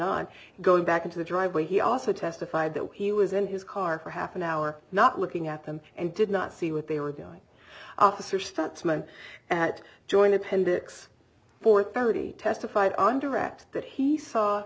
on going back into the driveway he also testified that he was in his car for half an hour not looking at them and did not see what they were going to search stutzman at joint appendix four thirty testified on direct that he saw